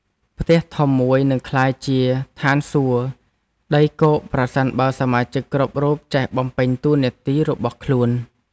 ផ្ទះធំមួយនឹងក្លាយជាឋានសួគ៌ដីគោកប្រសិនបើសមាជិកគ្រប់រូបចេះបំពេញតួនាទីរបស់ខ្លួន។